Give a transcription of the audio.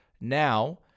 Now